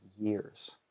years